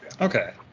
Okay